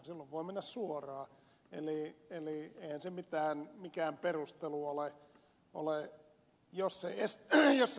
silloin voi mennä suoraan eli eihän se mikään perustelu ole